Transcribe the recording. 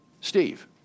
Steve